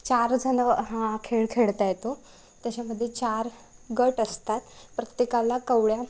चारजण हा खेळ खेळता येतो त्याच्यामध्ये चार गट असतात प्रत्येकाला कवड्या